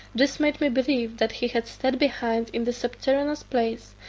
this made me believe that he had staid behind in the subterraneous place,